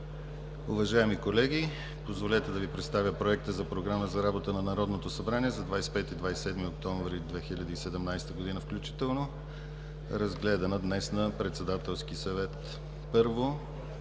Уважаеми колеги, позволете да Ви представя Проекта за програма за работата на Народното събрание за периода 25 – 27 октомври 2017 г. включително, разгледана днес на Председателския съвет: 1. Първо